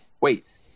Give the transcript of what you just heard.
wait